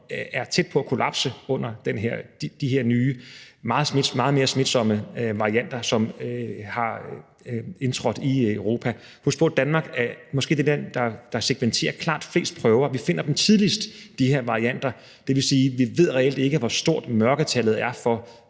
er tæt på at kollapse under de her nye og meget mere smitsomme varianter, som er indtrådt i Europa. Husk på, at Danmark måske er det land, der sekventerer klart flest prøver, og vi finder de her varianter tidligt. Det vil sige, at vi ikke reelt ved, hvor stort mørketallet er for